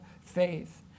faith